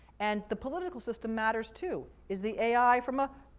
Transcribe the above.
and the political system matters, too. is the ai from a,